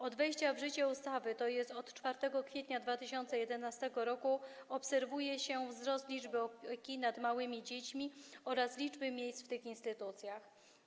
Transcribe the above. Od wejścia w życie ustawy, tj. od 4 kwietnia 2011 r., obserwuje się wzrost liczby instytucji opieki nad małymi dziećmi oraz liczby miejsc w tych instytucjach.